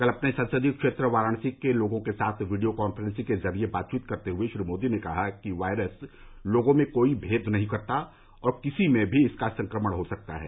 कल अपने संसदीय क्षेत्र वाराणसी के लोगों के साथ वीडियों कॉन्फ्रंसिंग के जरिए बातचीत करते हए श्री मोदी ने कहा कि वायरस लोगों में कोई मेद नहीं करता और किसी में भी इसका संक्रमण हो सकता है